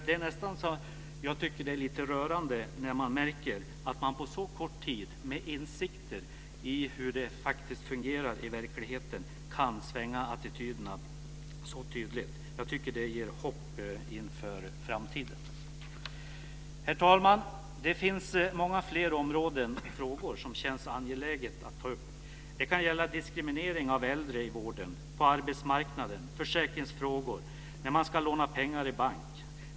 Det är nästan lite rörande att man på så kort tid, med insikter i hur det faktiskt fungerar i verkligheten, kan svänga attityder så tydligt. Det ger hopp inför framtiden. Herr talman! Det finns många fler områden och frågor som det känns angeläget att ta upp. Det kan gälla diskriminering av äldre i vården, på arbetsmarknaden, försäkringsfrågor, att låna pengar i bank.